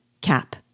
Cap